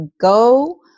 go